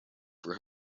for